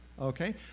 okay